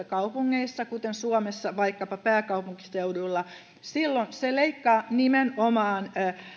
kaupungeissa kuten suomessa vaikkapa pääkaupunkiseudulla silloin se leikkaa nimenomaan